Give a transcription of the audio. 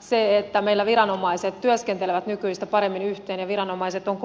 se että meillä viranomaiset työskentelevät nykyistä paremmin yhteen ja viranomaiset on